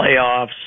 playoffs